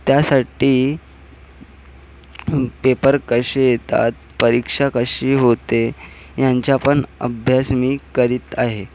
त्यासाठी पेपर कसे येतात परीक्षा कशी होते यांचा पण अभ्यास मी करीत आहे